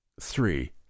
three